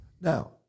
Now